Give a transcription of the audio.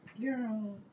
Girl